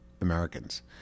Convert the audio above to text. Americans